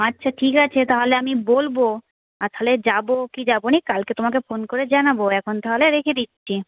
আচ্ছা ঠিক আছে তাহলে আমি বলব তাহলে যাব কি যাব না কালকে তোমাকে ফোন করে জানাব এখন তাহলে রেখে দিচ্ছি